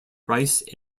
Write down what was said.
rice